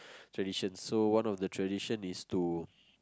traditions so one of the traditions is to